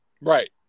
Right